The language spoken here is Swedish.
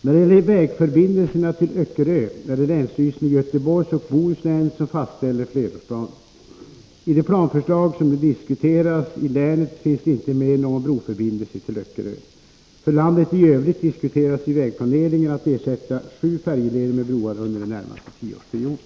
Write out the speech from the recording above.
När det gäller vägförbindelserna till Öckerö är det länsstyrelsen i Göteborgsoch Bohus län som fastställer flerårsplanen. I det planförslag som nu diskuteras i länet finns det inte med någon broförbindelse till Öckerö. För landet i övrigt diskuteras i vägplaneringen att ersätta sju färjeleder med broar under den närmaste tioårsperioden.